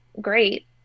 great